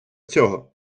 цього